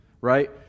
right